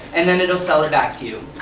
and then it will sell it back to you.